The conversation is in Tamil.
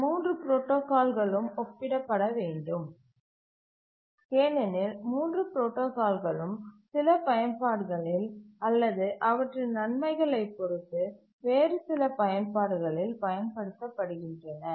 இந்த 3 புரோடாகால்களும் ஒப்பிடப்பட வேண்டும் ஏனெனில் 3 புரோடாகால்களும் சில பயன்பாடுகளில் அல்லது அவற்றின் நன்மைகளைப் பொறுத்து வேறு சில பயன்பாடுகளில் பயன் படுத்தப்படுகின்றன